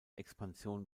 expansion